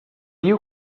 you